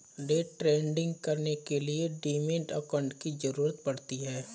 day trading करने के लिए डीमैट अकांउट की जरूरत पड़ती है